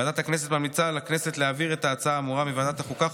ועדת הכנסת ממליצה לכנסת להעביר את ההצעה האמורה מוועדת החוקה,